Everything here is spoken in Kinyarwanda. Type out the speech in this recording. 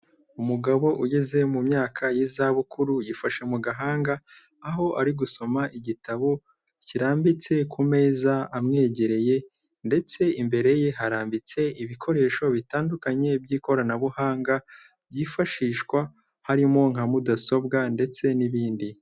Umugabo ugeze mu myaka y'izabukuru yifashe mu gahanga aho ari gusoma igitabo kirambitse ku meza amwegereye ndetse imbere ye harambitse ibikoresho bitandukanye by'ikoranabuhanga byifashishwa harimo nka mudasobwa ndetse n'ibindi.